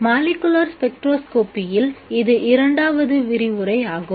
molecular ஸ்பெக்ட்ரோஸ்கோப்பியில் இது இரண்டாவது விரிவுரை ஆகும்